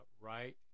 right